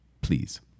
please